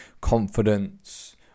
confidence